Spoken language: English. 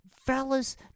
fellas